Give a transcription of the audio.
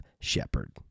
shepherd